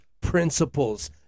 principles